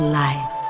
life